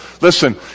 Listen